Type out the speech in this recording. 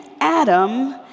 Adam